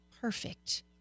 perfect